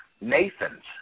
Nathan's